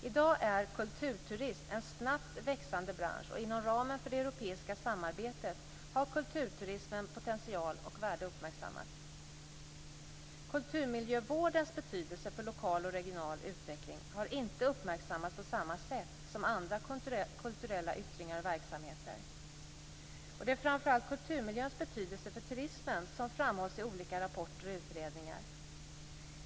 I dag är kulturturism en snabbt växande bransch, och inom ramen för det europeiska samarbetet har kulturturismens potential och värde uppmärksammats. Kulturmiljövårdens betydelse för lokal och regional utveckling har inte uppmärksammats på samma sätt som andra kulturella yttringar och verksamheter. Det är framför allt kulturmiljöns betydelse för turismen som framhålls i olika rapporter och utredningar.